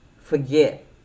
forget